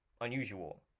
unusual